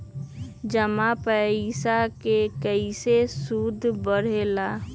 जमा पईसा के कइसे सूद बढे ला?